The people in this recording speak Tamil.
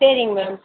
சரிங் மேம்